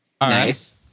nice